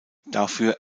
dafür